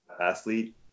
athlete